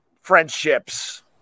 friendships